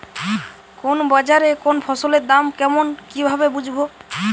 কোন বাজারে কোন ফসলের দাম কেমন কি ভাবে বুঝব?